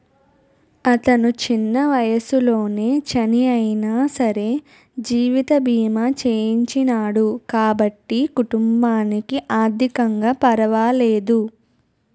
అతను చిన్న వయసులోనే చనియినా సరే జీవిత బీమా చేయించినాడు కాబట్టి కుటుంబానికి ఆర్ధికంగా పరవాలేదు